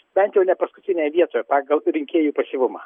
bent jau ne paskutinėje vietoje pagal rinkėjų pasyvumą